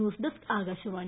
news desk Akashvani